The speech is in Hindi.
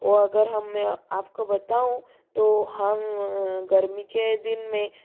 वो अगर हम मैं आप को बताऊँ तो हम गर्मी के दिन में